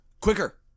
quicker